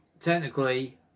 technically